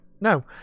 no